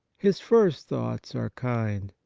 his first thoughts are kind,